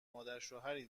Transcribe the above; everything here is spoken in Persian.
مادرشوهری